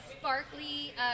sparkly